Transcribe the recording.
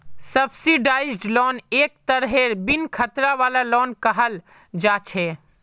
subsidised loan एक तरहेर बिन खतरा वाला लोन कहल जा छे